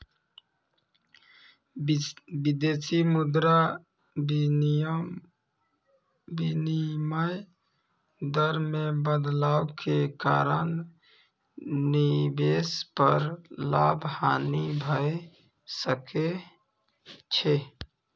विदेशी मुद्रा विनिमय दर मे बदलाव के कारण निवेश पर लाभ, हानि भए सकै छै